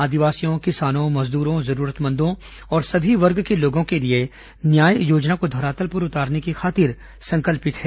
आदिवासियों किसानों मजदूरों जरूरतमंदों और सभी वर्ग के लोगों के लिए न्याय योजना को धरातल पर उतारने की खातिर संकल्पित है